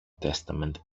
testament